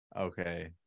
Okay